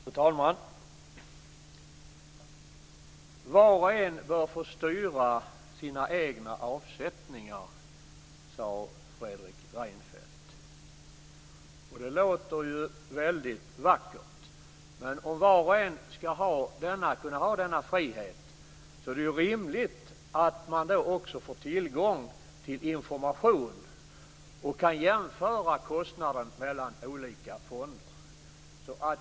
Fru talman! Var och en bör få styra sina egna avsättningar, sade Fredrik Reinfeldt. Det låter väldigt vackert. Men om var och en skall kunna ha denna frihet är det rimligt att man också får tillgång till information och kan jämföra kostnaden mellan olika fonder.